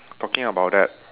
talking about that